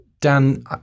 Dan